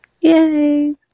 Yay